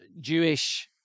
Jewish